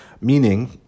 Meaning